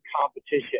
competition